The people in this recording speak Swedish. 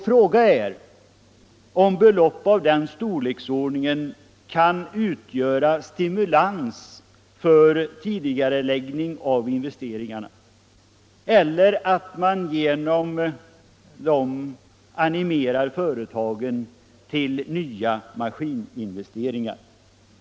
Frågan är om belopp av den storleksordningen kan utgöra stimulans för tidigareläggning av investeringar eller animera företag till nya maskininvesteringar.